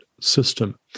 system